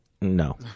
no